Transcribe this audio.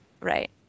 right